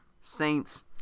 Saints